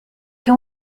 can